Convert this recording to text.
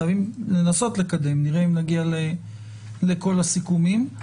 חייבים לנסות לקדם, נראה אם נגיע לכל הסיכומים.